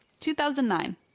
2009